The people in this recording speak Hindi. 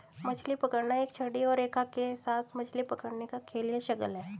मछली पकड़ना एक छड़ी और रेखा के साथ मछली पकड़ने का खेल या शगल है